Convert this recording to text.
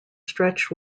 stretched